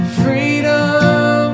freedom